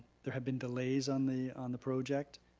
there have been delays on the on the project.